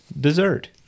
dessert